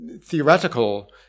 theoretical